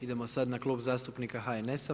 Idemo sad na Klub zastupnika HNS-a.